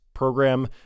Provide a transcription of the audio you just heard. Program